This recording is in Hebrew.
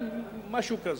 משהו כזה.